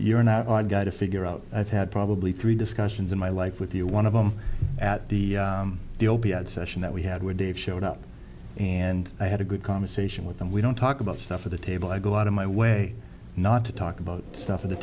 you're not i've got to figure out i've had probably three discussions in my life with you one of them at the the opiate session that we had where dave showed up and i had a good conversation with him we don't talk about stuff at the table i go out of my way not to talk about stuff at the